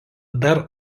dar